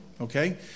Okay